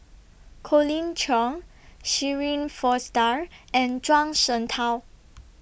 Colin Cheong Shirin Fozdar and Zhuang Shengtao